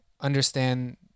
understand